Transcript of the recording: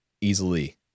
easily